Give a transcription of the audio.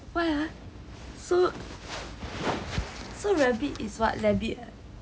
why ah so so rabbit is what labbit ah